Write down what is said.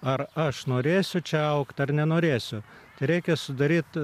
ar aš norėsiu čia augti ar nenorėsiu tereikia sudaryt